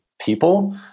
people